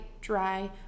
dry